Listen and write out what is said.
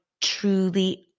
truly